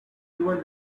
even